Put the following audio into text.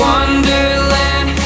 Wonderland